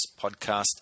podcast